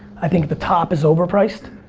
i think the top is overpriced.